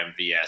MVS